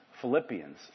Philippians